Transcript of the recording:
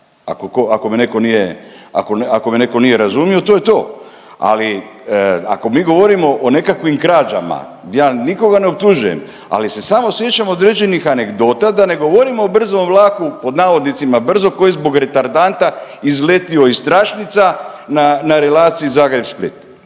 ako me netko nije razumio, to je to, ali ako mi govorimo o nekakvim krađama, ja nikoga ne optužujem, ali se samo sjećam određenih anegdota, da ne govorimo o brzom vlaku, pod navodnicima brzog koji je zbog retardanta izletio iz tračnica na relaciji Zagreb-Split.